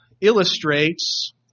illustrates